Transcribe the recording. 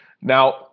Now